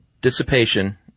dissipation